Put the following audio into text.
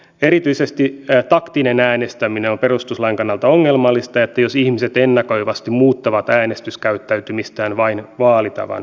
erityisesti taktinen äänestäminen on perustuslain kannalta ongelmallista se jos ihmiset ennakoivasti muuttavat äänestyskäyttäytymistään vain vaalitavan takia